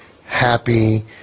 Happy